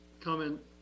comment